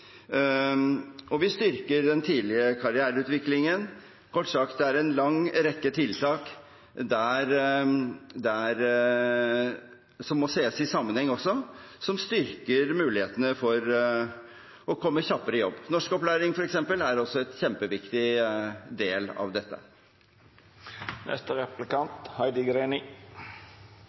Og vi styrker den tidlige karriereutviklingen. Kort sagt: Det er en lang rekke tiltak som må sees i sammenheng, og som styrker mulighetene for å komme kjappere i jobb. Norskopplæring er også en kjempeviktig del av dette.